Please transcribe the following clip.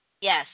Yes